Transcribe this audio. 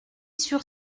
sur